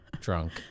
drunk